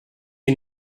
you